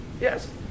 Yes